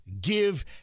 give